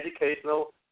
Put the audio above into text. educational